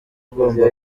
ugomba